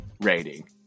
rating